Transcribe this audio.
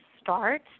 start